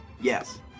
Yes